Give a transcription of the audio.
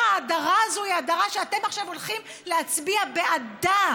ההדרה הזאת היא הדרה שאתם עכשיו הולכים להצביע בעדה.